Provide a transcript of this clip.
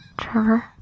Trevor